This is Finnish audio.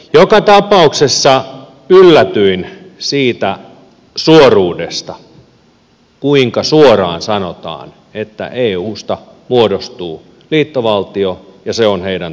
joka tapauksessa yllätyin suoruudesta siitä kuinka suoraan sanotaan että eusta muodostuu liittovaltio ja se on heidän tavoitteensa